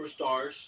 superstars